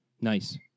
Nice